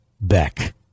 Beck